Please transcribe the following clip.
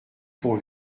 pour